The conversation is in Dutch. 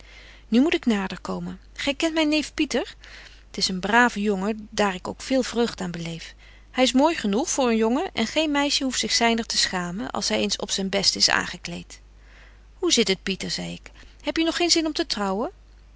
nu moet ik nader komen gy kent myn neef pieter t is een brave jongen daar ik ook veel vreugd aan beleef hy is mooi genoeg voor een jongen en geen meisje hoeft zich zyner te schamen als hy eens op zyn best is aangekleet hoe zit het pieter zei ik hebje nog betje wolff en aagje deken historie van mejuffrouw sara burgerhart geen zin om te trouwen